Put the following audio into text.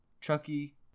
Chucky